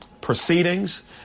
proceedings